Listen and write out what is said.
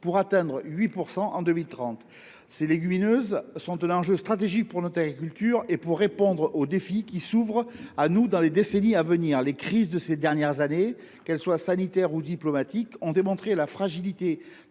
pour atteindre 8 % en 2030. Les légumineuses sont un enjeu stratégique pour notre agriculture si nous souhaitons répondre aux défis que nous aurons à affronter dans les décennies à venir. Les crises de ces dernières années, qu’elles soient sanitaires ou diplomatiques, ont démontré la fragilité